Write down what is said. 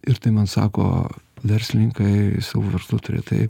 ir tai man sako verslininkai savų verslų turėtojai